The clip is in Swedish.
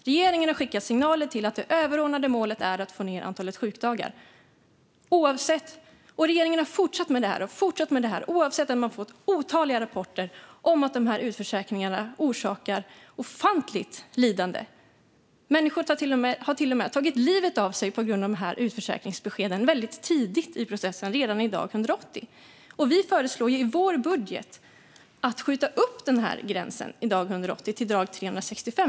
Regeringen har skickat signaler om att det överordnade målet är att få ned antalet sjukdagar, och regeringen har fortsatt och fortsatt med det här trots att man har fått otaliga rapporter om att utförsäkringarna orsakar ett ofantligt lidande. Människor har till och med tagit livet av sig på grund av utförsäkringsbeskeden som kommer så tidigt i processen, redan dag 180. Vi föreslår i vår budget att man ska skjuta upp gränsen från dag 180 till dag 365.